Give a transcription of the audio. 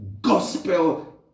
gospel